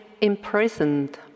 imprisoned